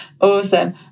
awesome